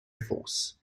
force